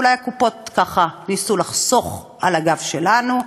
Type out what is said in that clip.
אולי הקופות, ככה, ניסו לחסוך על הגב שלנו.